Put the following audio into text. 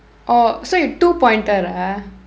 orh so you two pointer ah